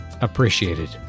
appreciated